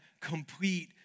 complete